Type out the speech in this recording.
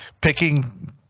picking